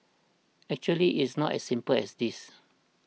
actually it's not as simple as this